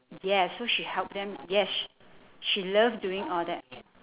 yes so she help them yes sh~ she love doing all that